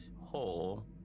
hole